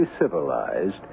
civilized